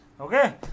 Okay